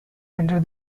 under